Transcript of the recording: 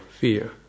fear